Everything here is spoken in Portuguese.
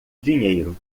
dinheiro